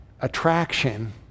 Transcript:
attraction